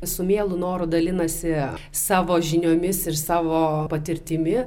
su mielu noru dalinasi savo žiniomis ir savo patirtimi